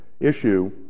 Issue